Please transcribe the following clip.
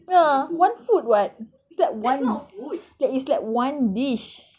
ah one food [what] it's like one like it's like one dish